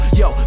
yo